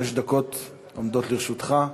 שש דקות עומדות לרשותך.